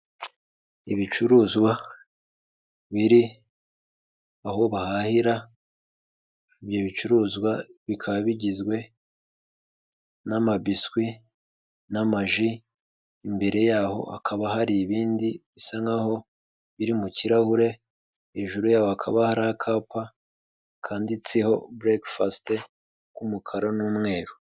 Ibicuruzwa biri aho bahahira ibyo bicuruzwa bikaba bigizwe n'amabiswi n'amaji, imbere yaho hakaba hari ibindi bisa nkaho biri mu kirahure, hejuru hakaba hari akapa kanditseho bureke fasite k'umukara n'umweru.